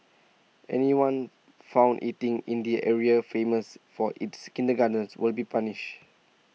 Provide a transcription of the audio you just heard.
anyone found eating in the area famous for its kindergartens will be punished